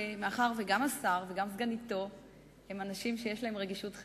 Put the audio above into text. מאחר שגם השר וגם סגניתו הם אנשים שיש להם רגישות חברתית,